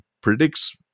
predicts